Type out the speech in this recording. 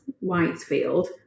Whitefield